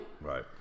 Right